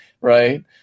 Right